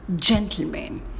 Gentlemen